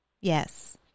yes